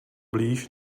blíž